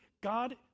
God